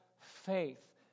faith